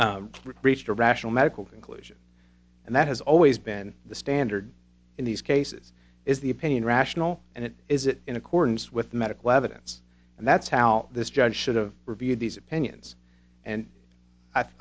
reached a rational medical conclude and that has always been the standard in these cases is the opinion rational and it is it in accordance with the medical evidence and that's how this judge should've reviewed these opinions and i